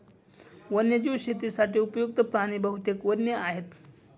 वन्यजीव शेतीसाठी उपयुक्त्त प्राणी बहुतेक वन्य आहेत